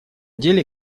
деле